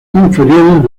inferiores